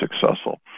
successful